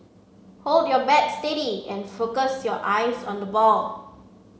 hold your bat steady and focus your eyes on the ball